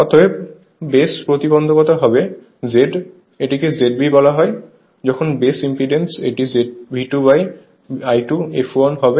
অতএব বেস প্রতিবন্ধকতা হবে Z এটিকে ZB বলা হয় যখন বেস ইম্পিডেন্স এটি V2I2 fl হবে